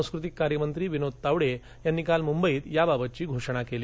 सांस्कृतिक कार्यमंत्री विनोद तावडे यांनी काल मुंबईत याबाबतची घोषणा केली